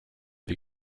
wir